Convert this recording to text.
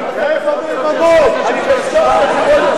זה לא עובד בצורה כזאת.